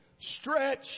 Stretch